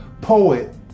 poet